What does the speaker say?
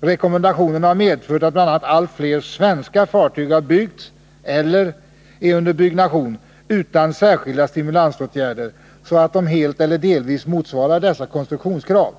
Rekommendationerna har medfört att bl.a. allt flera svenska fartyg har byggts — eller byggs — utan särskilda stimulansåtgärder, så att de helt eller delvis motsvarar dessa konstruktionskrav.